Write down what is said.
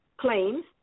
claims